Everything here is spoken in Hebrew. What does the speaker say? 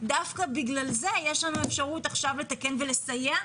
דווקא בגלל זה יש לנו אפשרות עכשיו לתקן ולסייע.